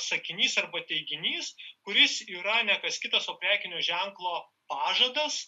sakinys arba teiginys kuris yra ne kas kitas o prekinio ženklo pažadas